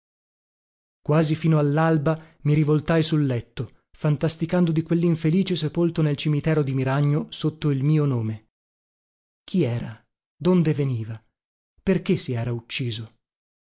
quasi fino allalba mi rivoltai sul letto fantasticando di quellinfelice sepolto nel cimitero di miragno sotto il mio nome chi era donde veniva perché si era ucciso